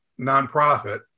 nonprofit